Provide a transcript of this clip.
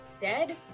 dead